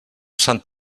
sant